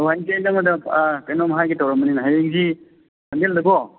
ꯑꯣ ꯑꯩꯁꯦ ꯅꯪꯉꯣꯟꯗ ꯀꯩꯅꯣꯝ ꯍꯥꯏꯒꯦ ꯇꯧꯔꯝꯕꯅꯤꯅꯦ ꯍꯌꯦꯡꯁꯤ ꯆꯥꯟꯗꯦꯜꯗꯀꯣ